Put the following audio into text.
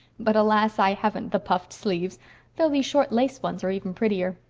but, alas! i haven't the puffed sleeves though these short lace ones are even prettier.